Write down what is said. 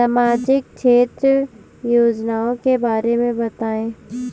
सामाजिक क्षेत्र की योजनाओं के बारे में बताएँ?